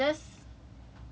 ya and then after that like